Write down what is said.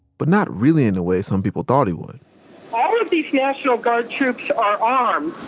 but not really in the way some people thought he would all of these national guard troops are armed.